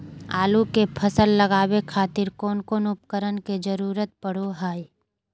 आलू के फसल लगावे खातिर कौन कौन उपकरण के जरूरत पढ़ो हाय?